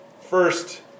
First